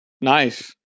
Nice